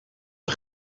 een